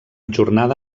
jornada